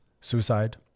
suicide